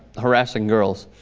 harassing girls